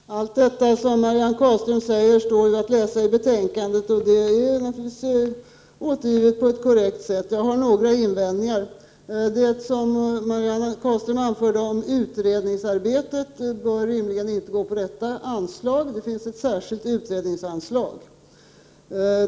Herr talman! Allt detta som Marianne Carlström säger står att läsa i betänkandet, och hon har naturligtvis återgivit det på ett korrekt sätt. Jag har några invändningar. Marianne Carlström anförde utredningsarbetet, men det bör rimligen inte gå på detta anslag, då det finns ett särskilt utredningsanslag.